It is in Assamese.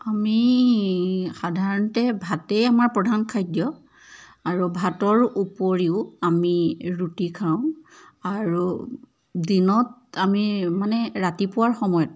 আমি সাধাৰণতে ভাতেই আমাৰ প্ৰধান খাদ্য আৰু ভাতৰ উপৰিও আমি ৰুটি খাওঁ আৰু দিনত আমি মানে ৰাতিপুৱাৰ সময়ত